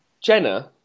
Jenna